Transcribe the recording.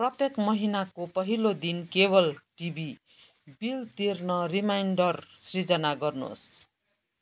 प्रत्येक महिनाको पहिलो दिन केबल टिभी बिल तिर्न रिमाइन्डर सिर्जना गर्नुहोस्